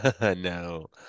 No